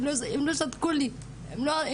הם לא נתנו לי לנוח,